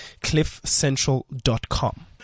cliffcentral.com